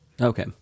okay